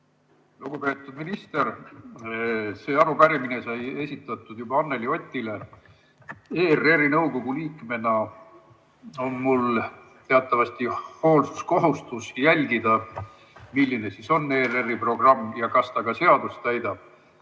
Lugupeetud minister! See arupärimine sai esitatud juba Anneli Otile. ERR-i nõukogu liikmena on mul teatavasti hoolsuskohustus jälgida, milline on ERR-i programm ja kas see ka seadust täidab.